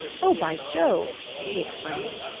oh, by jove, he exclaimed.